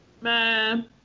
man